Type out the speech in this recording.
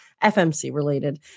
FMC-related